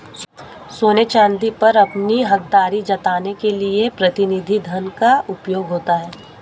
सोने चांदी पर अपनी हकदारी जताने के लिए प्रतिनिधि धन का उपयोग होता है